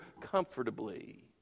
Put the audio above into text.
comfortably